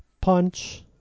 Punch